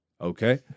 Okay